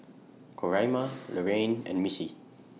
Coraima Lorrayne and Missy